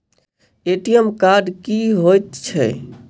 ATM card की हएत छै?